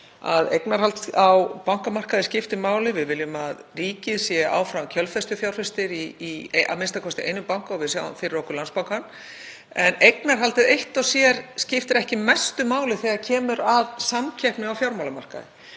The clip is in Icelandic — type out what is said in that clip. að eignarhald á bankamarkaði skiptir máli. Við viljum að ríkið sé áfram kjölfestufjárfestir í a.m.k. einum banka og við sjáum fyrir okkur Landsbankann. En eignarhaldið eitt og sér skiptir ekki mestu máli þegar kemur að samkeppni á fjármálamarkaði.